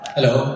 Hello